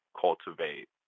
cultivate